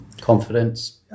confidence